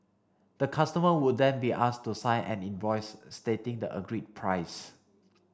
the customer would then be asked to sign an invoice stating the agreed price